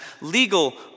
legal